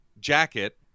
jacket